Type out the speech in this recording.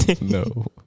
No